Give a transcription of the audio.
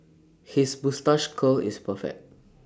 his moustache curl is perfect